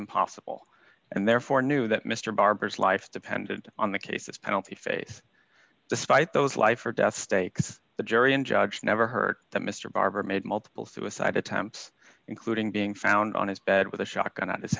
impossible and therefore knew that mr barber's life depended on the case of penalty phase despite those life or death stakes the jury in judge never heard that mr barber made multiple suicide attempts including being found on his bed with a sho